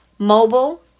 Mobile